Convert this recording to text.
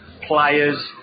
players